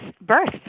birth